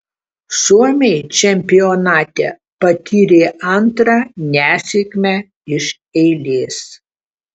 suomiai čempionate patyrė antrą nesėkmę iš eilės